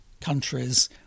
countries